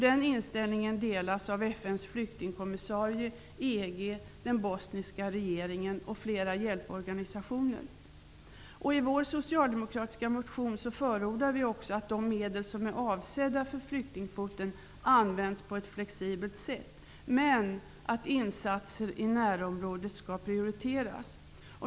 Den inställningen delas av FN:s flyktingkommissarie, EG, den bosniska regeringen och flera hjälporganisationer. I vår socialdemokratiska motion förordar vi också att de medel som är avsedda för flyktingkvoten skall användas på ett flexibelt sätt, men att insatser i närområdet skall prioriteras.